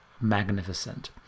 magnificent